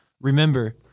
remember